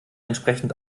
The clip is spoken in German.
entsprechend